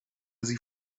sie